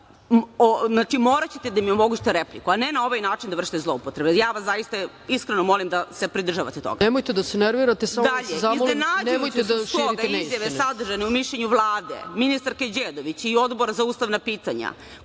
znači, moraćete da mi omogućite repliku, a ne na ovaj način da vršite zloupotrebe. Ja vas zaista iskreno molim da se pridržavate toga. **Ana Brnabić** Nemojte da se nervirate, samo da vas zamolim da ne širite neistine.